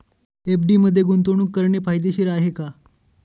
FD मध्ये गुंतवणूक करणे फायदेशीर आहे का?